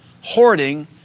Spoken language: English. hoarding